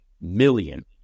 million